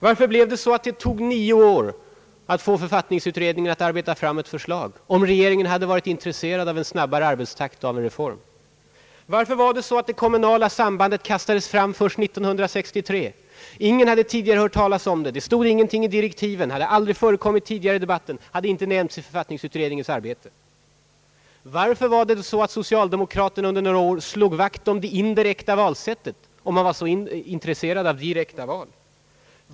Varför tog det nio år innan författningsutredningen kunde arbeta fram ett förslag — om regeringen hade varit intresserad av en snabbare arbetstakt och av en reform? Varför kastades det kommunala sambandet fram först 1963? Ingen hade tidigare hört talas om detta samband, det stod ingenting i direktiven om det, det hade aldrig tidigare förekommit i debatten, det hade inte nämnts i författningsutredningens arbete. Varför slog socialdemokraterna under några år vakt kring det indirekta valsättet — om man var så intresserad av direkta val?